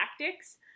tactics